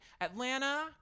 Atlanta